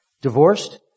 Divorced